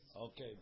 Okay